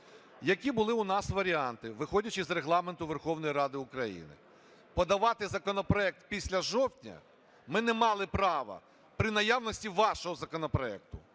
Які були у нас варіанти, виходячи з Регламенту Верховної Ради України? Подавати законопроект після жовтня ми не мали права при наявності вашого законопроекту.